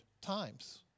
times